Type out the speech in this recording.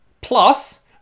Plus